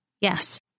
yes